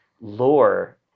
lore